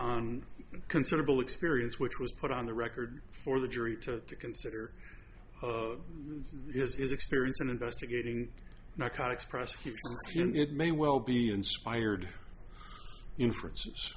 on considerable experience which was put on the record for the jury to consider is experience in investigating narcotics prosecuting him it may well be inspired inference